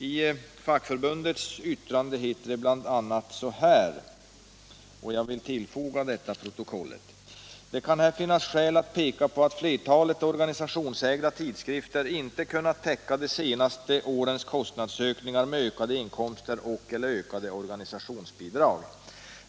I fackförbundets yttrande heter det bl.a.: ”Det kan här finnas skäl att peka på att flertalet organisationsägda tidskrifter inte kunnat täcka de senaste årens kostnadsökningar med ökade inkomster och/eller ökade organisationsbidrag.